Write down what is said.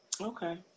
Okay